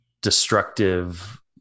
destructive